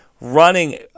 running